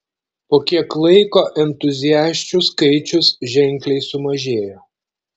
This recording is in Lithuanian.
po kiek laiko entuziasčių skaičius ženkliai sumažėjo